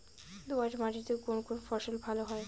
দোঁয়াশ মাটিতে কোন কোন ফসল ভালো হয়?